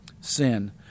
sin